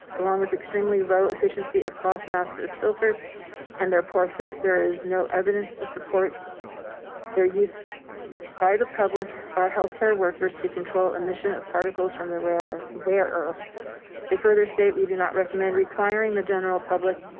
along with extremely low efficiency of cloth mask, as filters and their poor fit, there is no evidence to support their use by the public or health care workers to control emission of particles from the wearer. they further state, we do not recommend requiring the general public,